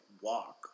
walk